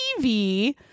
TV